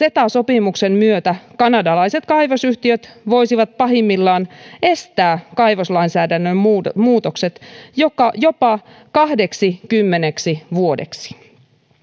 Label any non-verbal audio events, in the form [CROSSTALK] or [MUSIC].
[UNINTELLIGIBLE] ceta sopimuksen myötä kanadalaiset kaivosyhtiöt voisivat pahimmillaan estää kaivoslainsäädännön muutokset muutokset jopa kahdeksikymmeneksi vuodeksi